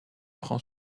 prend